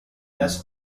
less